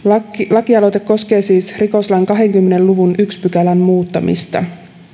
lakialoite koskee siis rikoslain kahdenkymmenen luvun ensimmäisen pykälän muuttamista